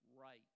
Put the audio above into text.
right